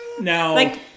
Now